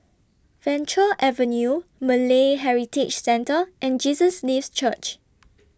Venture Avenue Malay Heritage Centre and Jesus Lives Church